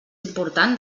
important